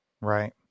right